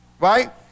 right